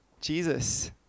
Jesus